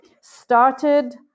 started